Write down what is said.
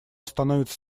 становится